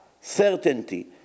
certainty